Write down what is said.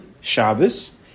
Shabbos